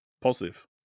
Positive